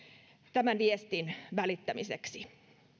tämän viestin välittämiseksi